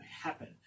happen